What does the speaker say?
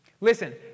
Listen